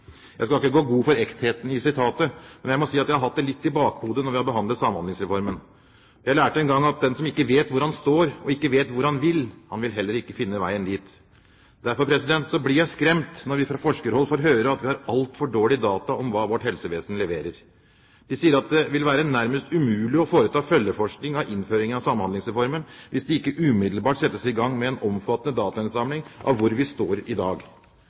Jeg skal ikke gå god for ektheten i dette sitatet, men jeg må si at jeg har hatt det litt i bakhodet når vi har behandlet Samhandlingsreformen. Jeg lærte en gang at den som ikke vet hvor han står og hvor han vil, vil heller ikke finne veien dit. Derfor blir jeg skremt når vi fra forskerhold får høre at vi har altfor dårlige data om hva vårt helsevesen leverer. De sier det vil være nærmest umulig å foreta følgeforskning av innføringen av Samhandlingsreformen hvis det ikke umiddelbart settes i gang en omfattende datainnsamling av hvor vi står i dag.